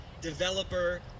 developer